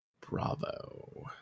Bravo